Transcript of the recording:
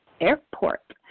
Airport